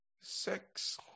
sex